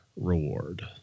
reward